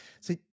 See